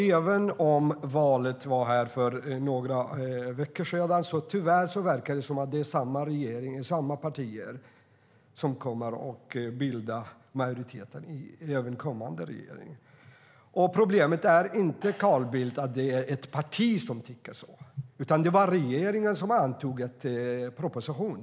Även om valet ägde rum för några veckor sedan verkar det tyvärr som att det är samma regering och samma partier som ska bilda majoritet även i kommande regering. Problemet är inte, Carl Bildt, att det är ett parti som tycker så, utan att det var regeringen som antog en proposition.